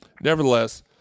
nevertheless